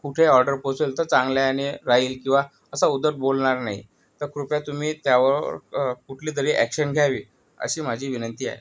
कुठे ऑर्डर पोचवेल तर चांगल्या याने राहील किंवा असा उद्धट बोलणार णही तर कृपया तुम्ही त्यावर कुठलीतरी ॲक्शन घ्यावी अशी माझी विनंती आहे